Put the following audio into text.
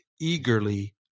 eagerly